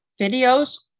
videos